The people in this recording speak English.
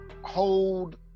hold